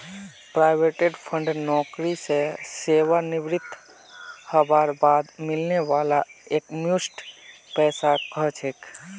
provident fund नौकरी स सेवानृवित हबार बाद मिलने वाला एकमुश्त पैसाक कह छेक